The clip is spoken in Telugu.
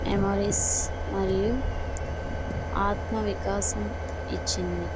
మెమొరీస్ మరియు ఆత్మ వికాసం ఇచ్చింది